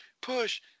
push